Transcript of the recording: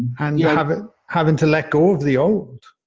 and you'll have it having to let go of the old.